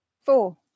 four